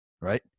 right